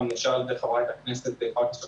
גם שאלת, חברת הכנסת פרקש הכהן,